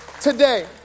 today